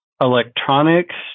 electronics